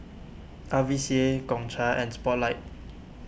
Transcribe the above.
R V C A Gongcha and Spotlight